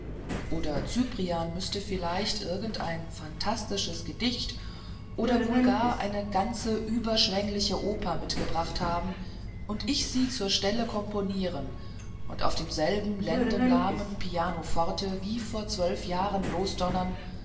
oder cyprian müßte vielleicht irgendein phantastisches gedicht oder wohl gar eine ganze überschwengliche oper mitgebracht haben und ich sie zur stelle komponieren und auf demselben lendenlahmen pianoforte wie vor zwölf jahren losdonnern